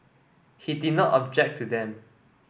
he did not object to them